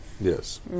Yes